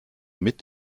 mit